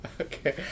Okay